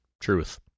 truth